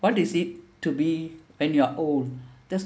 what is it to be when you're old there's